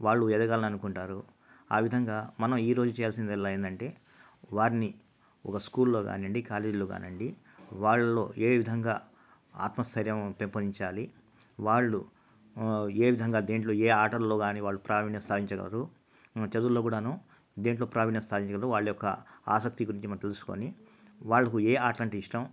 వాళ్ళు ఎదగాలనుకుంటారు ఆ విధంగా మనం ఈరోజు చేయాల్సిందల్లా ఏంటంటే వారిని ఒక స్కూల్లో కానివ్వండి కాలేజీలో కానివ్వండి వాళ్ళలో ఏ విధంగా ఆత్మస్థైర్యం పెంపొందించాలి వాళ్ళు ఏ విధంగా దేంట్లో ఏ ఆటల్లో కాని వాళ్ళు ప్రాధాన్యం స్థాయించగలరు చదువులో కూడాను దేంట్లో కూడా ప్రావీణ్యం సాధించగలరు వాళ్ళ యొక్క ఆసక్తి గురించి మనం తెలుసుకొని వాళ్ళకు ఏ ఆటలు అంటే ఇష్టం